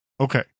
Okay